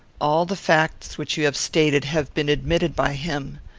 all the facts which you have stated have been admitted by him.